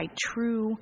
true